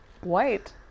White